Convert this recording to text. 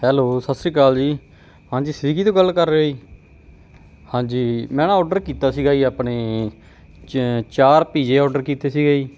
hello ਸਤਿ ਸ਼੍ਰੀ ਅਕਾਲ ਜੀ ਹਾਂਜੀ ਸਵੀਗੀ ਤੋਂ ਗੱਲ ਕਰ ਰਹੇ ਹੋ ਜੀ ਹਾਂਜੀ ਮੈਂ ਨਾ ਔਡਰ ਕੀਤਾ ਸੀਗਾ ਜੀ ਆਪਣੇ ਚ ਚਾਰ ਪੀਜੇ ਔਡਰ ਕੀਤੇ ਸੀਗੇ ਜੀ